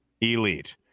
elite